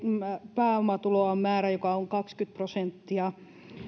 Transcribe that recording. pääomatuloa on määrä joka on kaksikymmentä prosenttia